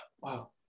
Wow